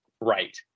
right